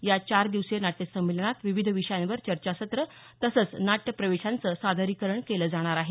या चार दिवसीय नाट्य संमेलनात विविध विषयांवर चर्चासत्र तसंच नाट्य प्रवेशांचं सादरीकरण केलं जाणार आहे